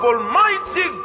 Almighty